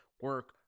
Work